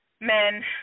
men